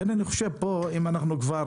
אני חושב שאם אנחנו כבר